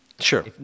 Sure